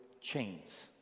chains